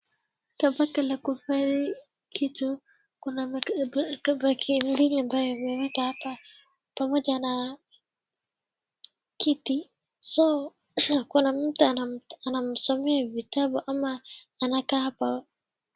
Kafaka ya kufai kitu, kuna makabati mbili ambayo yamewekwa hapa pamoja na kiti. So , kuna mtu anammsomea vitabu ama anakaa hapa.